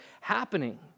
happening